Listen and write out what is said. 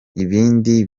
ibindi